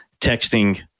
texting